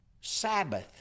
Sabbath